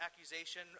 accusation